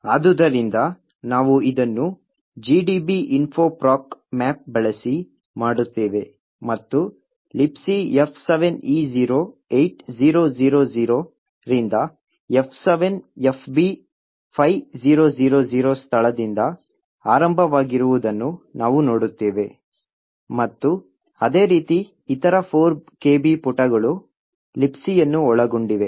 ಆದುದರಿಂದ ನಾವು ಇದನ್ನು gdb info proc map ಬಳಸಿ ಮಾಡುತ್ತೇವೆ ಮತ್ತು Libc F7E08000 ರಿಂದ F7FB5000 ಸ್ಥಳದಿಂದ ಆರಂಭವಾಗಿರುವುದನ್ನು ನಾವು ನೋಡುತ್ತೇವೆ ಮತ್ತು ಅದೇ ರೀತಿ ಇತರ 4 KB ಪುಟಗಳು Libcಯನ್ನು ಒಳಗೊಂಡಿವೆ